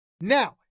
Now